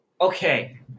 Okay